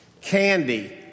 candy